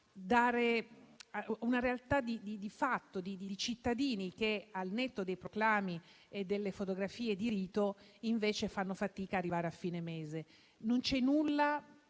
di una realtà fatta di cittadini che, al netto dei proclami e delle fotografie di rito del Governo, fanno fatica ad arrivare a fine mese. Non c'è nulla